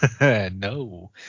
No